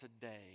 today